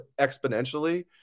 exponentially